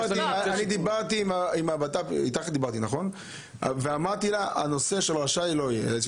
דיברתי עם הבט"פ ואמרתי לה שהנושא של רשאי לא יהיה.